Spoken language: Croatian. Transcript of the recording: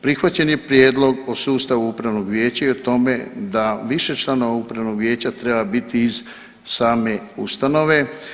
Prihvaćen je prijedlog o sustavu Upravnog vijeća i o tome da više članova Upravnog vijeća treba biti iz same ustanove.